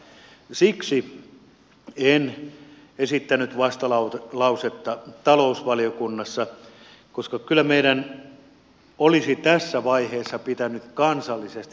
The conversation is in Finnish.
siksi en esittänyt vastalausetta talousvaliokunnassa koska kyllä meidän olisi tässä vaiheessa pitänyt kansallisesti